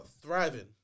thriving